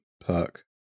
perk